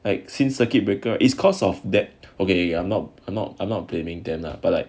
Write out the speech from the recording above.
like since circuit breaker it's cause of that okay okay okay I'm not blaming them lah but like